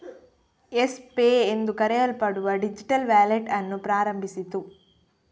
Yes Pay ಎಂದು ಕರೆಯಲ್ಪಡುವ digital wallet ಅನ್ನು ಪ್ರಾರಂಭಿಸಿತು